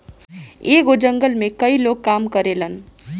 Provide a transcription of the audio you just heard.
एगो जंगल में कई लोग काम करेलन